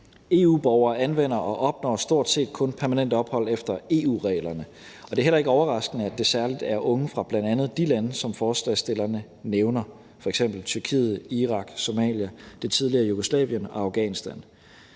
EU-borgere anvender og opnår stort set kun permanent ophold efter EU-reglerne, og det er heller ikke overraskende, at det særlig er unge fra bl.a. de lande, som forslagsstillerne nævner, f.eks. Tyrkiet, Irak, Somalia, det tidligere Jugoslavien og Afghanistan.